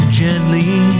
gently